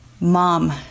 mom